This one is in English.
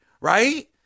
Right